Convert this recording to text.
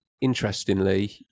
interestingly